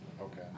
Okay